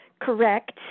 correct